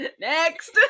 next